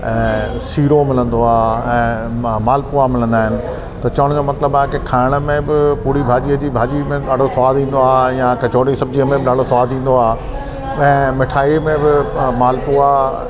ऐं सीरो मिलंदो आहे ऐं म मालपुआ मिलंदा आहिनि त चवण जो मतिलबु आहे की खाइण में बि पूड़ी भाॼीअ जी भाॼी में ॾाढो स्वादु ईंदो आहे या कचौड़ी सब्जीअ में बि ॾाढो स्वादु ईंदो आहे ऐं मिठाई में बि मालपुआ